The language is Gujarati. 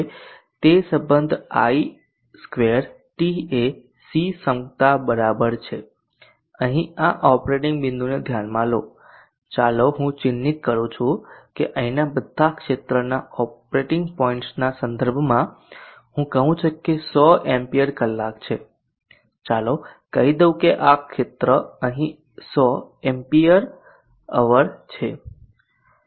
હવે તે સંબંધ i સ્ક્વેર t એ C ક્ષમતા બરાબર છે અહીં આ ઓપરેટિંગ બિંદુને ધ્યાનમાં લો ચાલો હું ચિહ્નિત કરું છું કે અહીંના આ બધા ક્ષેત્રના ઓપરેટિંગ પોઇન્ટના સંદર્ભમાં હું કહું છું કે 100 એમ્પીયર કલાક છે ચાલો કહી દઉં કે આ ક્ષેત્ર અહીં 100 Ah છે